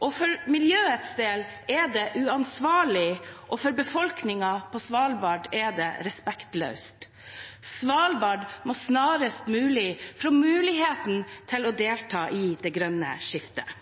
For miljøets del er det uansvarlig, og for befolkningen på Svalbard er det respektløst. Svalbard må snarest mulig få muligheten til å delta i det grønne skiftet.